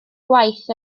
gwaith